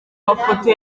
mafoto